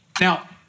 Now